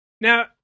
Now